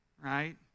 Right